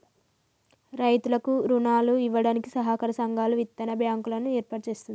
రైతులకు రుణాలు ఇవ్వడానికి సహకార సంఘాలు, విత్తన బ్యాంకు లను ఏర్పాటు చేస్తుంది